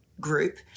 Group